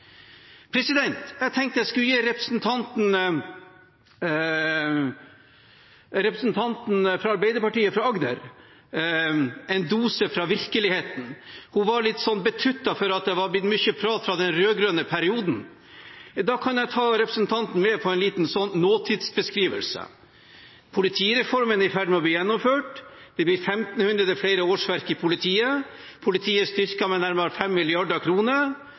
Jeg tenkte jeg skulle gi representanten fra Arbeiderpartiet fra Agder en dose fra virkeligheten. Hun var litt betuttet for at det var blitt mye prat fra den rød-grønne perioden. Da kan jeg ta representanten med på en liten nåtidsbeskrivelse. Politireformen er i ferd med å bli gjennomført. Det blir 1 500 flere årsverk i politiet. Politiet er styrket med nærmere